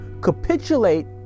capitulate